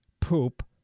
poop